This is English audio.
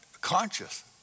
conscious